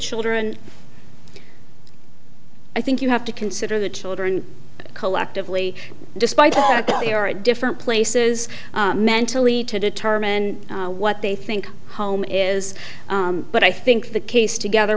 children i think you have to consider the children collectively despite the fact that they are at different places mentally to determine what they think home is but i think the case together